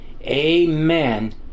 Amen